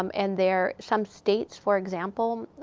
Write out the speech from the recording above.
um and there some states for example,